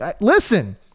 Listen